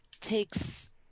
Takes